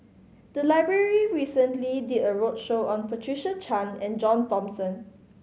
the library recently did a roadshow on Patricia Chan and John Thomson